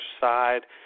side